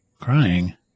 crying